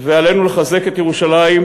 עלינו לחזק את ירושלים,